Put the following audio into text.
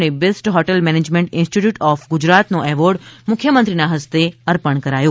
ને best hotel management institute of ગુજરાતનો award મુખ્યમંત્રીશ્રીના હસ્તે અર્પણ કરાયા હતા